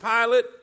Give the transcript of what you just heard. Pilate